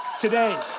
today